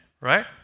right